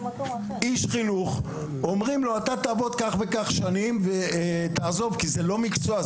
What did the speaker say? איש חינוך אומרים לו 'אתה תעבוד כך וכך שנים ותעזוב' כי זה לא מקצוע,